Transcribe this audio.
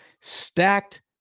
stacked